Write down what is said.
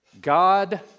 God